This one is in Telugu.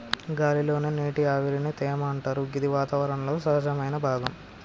గాలి లోని నీటి ఆవిరిని తేమ అంటరు గిది వాతావరణంలో సహజమైన భాగం